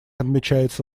отмечается